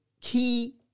key